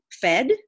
fed